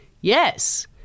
yes